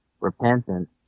repentance